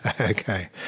Okay